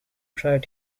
tried